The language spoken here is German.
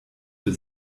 für